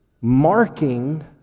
marking